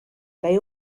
they